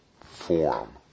form